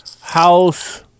House